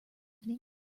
evening